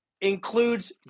includes